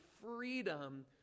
freedom